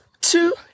Two